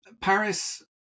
Paris